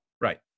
Right